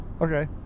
Okay